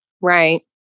Right